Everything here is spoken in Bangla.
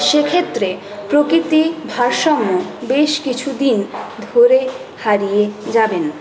সেক্ষেত্রে প্রকৃতি ভারসাম্য বেশ কিছুদিন ধরে হারিয়ে যাবেন